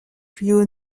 ryu